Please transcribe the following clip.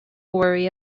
worry